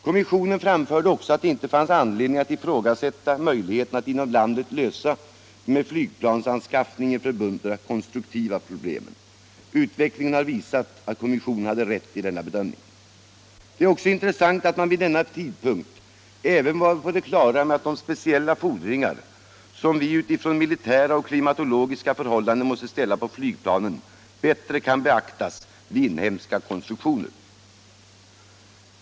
Kommissionen framhöll också att det inte fanns anledning att ifrågasätta möjligheterna att inom landet lösa de med flygplansanskaffningen förbundna konstruktiva problemen. Utvecklingen har visat att kommissionen hade rätt i denna bedömning. Det är också intressant att man vid denna tidpunkt även var på det klara med att de speciella fordringar som vi utifrån militära och klimatologiska förhållanden måste ställa på flygplanen bättre kan beaktas vid inhemska konstruktioner.